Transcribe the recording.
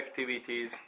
activities